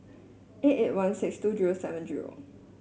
eight eight one six two zero seven zero